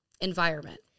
environment